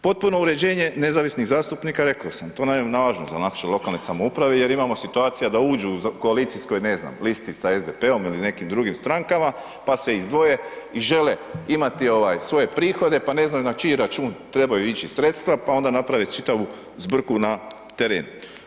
Potpuno uređenje nezavisnih zastupnika, rekao sam, to naravno ... za naše lokalne samouprave, jer imamo situacija da uđu u koalicijskoj, ne znam, listi sa SDP-om ili nekim drugim strankama, pa se izdvoje i žele imati, ovaj, svoje prihode, pa ne znaju na čiji račun trebaju ići sredstva, pa onda naprave čitavu zbrku na terenu.